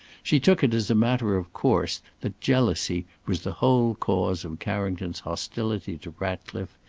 she took it as a matter of course that jealousy was the whole cause of carrington's hostility to ratcliffe,